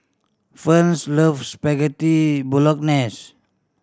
loves Spaghetti Bolognese